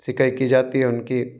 सिकाई की जाती है उनकी